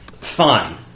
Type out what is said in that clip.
Fine